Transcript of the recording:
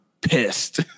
pissed